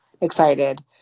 excited